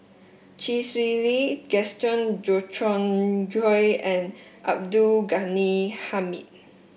Chee Swee Lee Gaston Dutronquoy and Abdul Ghani Hamid